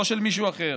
לא של מישהו אחר.